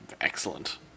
excellent